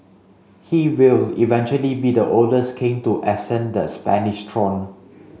he will eventually be the oldest king to ascend the Spanish throne